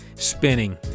Spinning